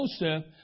Joseph